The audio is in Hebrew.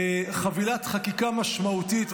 חבילת חקיקה משמעותית,